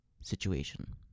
situation